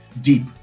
deep